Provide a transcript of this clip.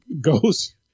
goes